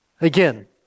Again